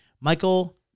Michael